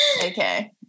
Okay